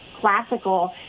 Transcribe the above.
classical